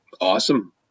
Awesome